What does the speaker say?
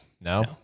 no